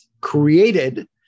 created